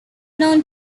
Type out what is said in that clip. known